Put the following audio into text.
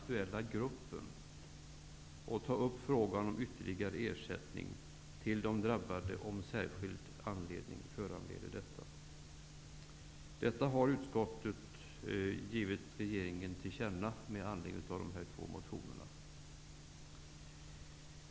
Regeringen skall också ta upp frågan om ytterligare ersättning till de drabbade, om särskild anledning föreligger. Detta har utskottet givit regeringen till känna med anledning av de två motionerna.